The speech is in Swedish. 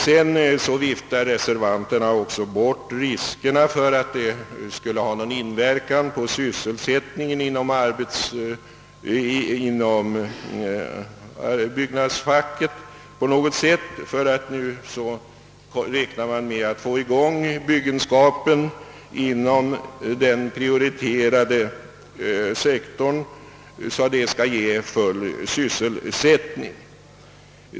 Sedan viftar reservanterna också bort risken för att förordningen skulle ha någon inverkan på sysselsättningen inom byggnadsfacket; nu räknar man nämligen med att få igång byggenskapen inom den prioriterade sektorn, och detta skall ge full sysselsättning.